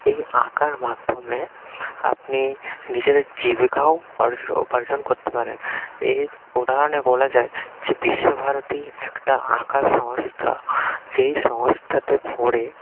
এই আঁকার মাধ্যমে আপনি নিজেদের জীবিকাও অর্জন উপার্জন করতে পারেন এর উদাহরণে বলা যায় যে বিশ্বভারতী একটা আঁকার সংস্থা যেই সংস্থাতে পড়ে